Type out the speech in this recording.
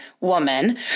woman